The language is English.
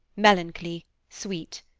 melancholy, sweet.